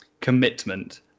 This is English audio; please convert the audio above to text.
commitment